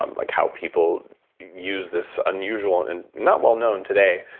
um like how people use this unusual, and not well-known today,